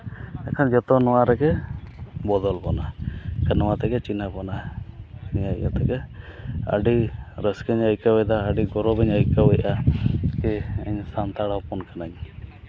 ᱤᱠᱷᱟᱹᱱ ᱡᱚᱛᱚ ᱱᱚᱣᱟ ᱨᱮᱜᱮ ᱵᱚᱫᱚᱞ ᱵᱚᱱᱟᱭ ᱥᱮ ᱱᱚᱣᱟ ᱛᱮᱜᱮ ᱪᱤᱱᱦᱟᱹᱯ ᱵᱚᱱᱟᱭ ᱱᱤᱭᱟᱹ ᱤᱭᱟᱹ ᱛᱮᱜᱮ ᱟᱹᱰᱤ ᱨᱟᱹᱥᱠᱟᱹᱧ ᱟᱹᱭᱠᱟᱹᱣᱫᱟ ᱟᱹᱰᱤ ᱜᱚᱨᱚᱵ ᱤᱧ ᱟᱹᱭᱠᱟᱮᱜᱼᱟ ᱡᱮ ᱤᱧ ᱫᱚ ᱥᱟᱱᱛᱟᱲ ᱦᱚᱯᱚᱱ ᱠᱟᱹᱱᱟᱹᱧ